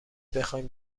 بخواین